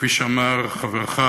כפי שאמר, שר התקשורת, חברך-שותפך,